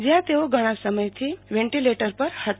જયાં તેઓ ઘણા દિવસથી વેન્ટિલેટર પર હતા